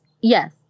Yes